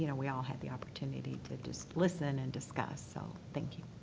you know we all had the opportunity to just listen and discuss. so thank you.